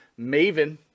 Maven